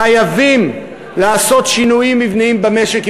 חייבים לעשות שינויים מבניים במשק אם